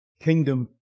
kingdom